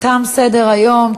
תם סדר-היום.